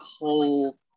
whole